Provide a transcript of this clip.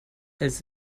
als